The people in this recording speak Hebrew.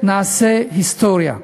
ונעשה היסטוריה.